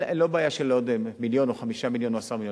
זו לא בעיה של עוד מיליון או 5 מיליון או 10 מיליון.